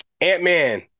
ant-man